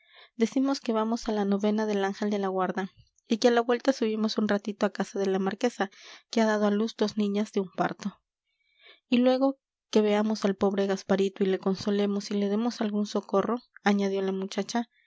decimos que vamos a la novena del ángel de la guarda y que a la vuelta subimos un ratito a casa de la marquesa que ha dado a luz dos niñas de un parto y luego que veamos al pobre gasparito y le consolemos y le demos algún socorro añadió la muchacha